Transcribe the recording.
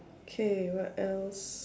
okay what else